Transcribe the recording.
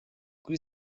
kuri